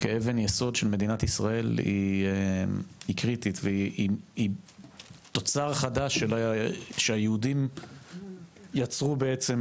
כאבן יסוד של מדינת ישראל היא קריטית והיא תוצר חדש שהיהודים יצרו בעצם,